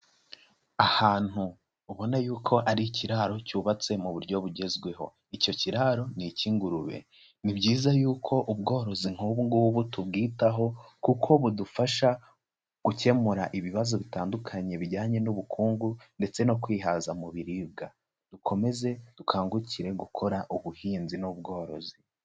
Ahantu ubona yuko ari ikiraro cyubatse mu buryo bugezweho, icyo kiraro ni icy'ingurube, ni byiza yuko ubworozi nk'ubu ngubu tubwitaho kuko budufasha gukemura ibibazo bitandukanye bijyanye n'ubukungu ndetse no kwihaza mu biribwa, dukomeze dukangukire gukora ubuhinzi n'ubworozi.